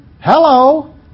Hello